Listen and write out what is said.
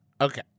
Okay